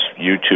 YouTube